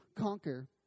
conquer